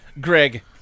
Greg